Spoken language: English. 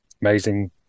Amazing